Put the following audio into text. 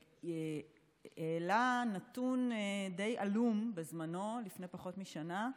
שהעלתה נתון די עלום בזמנו, לפני פחות משנה,